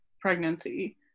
pregnancy